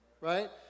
right